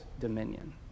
dominion